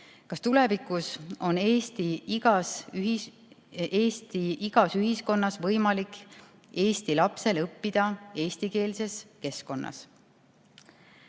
Kas tulevikus on Eesti igas piirkonnas võimalik eesti lapsel õppida eestikeelses keskkonnas?"